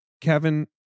Kevin